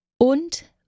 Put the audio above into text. und